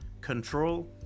control